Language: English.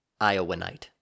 Iowanite